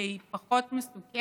שהיא פחות מסוכנת,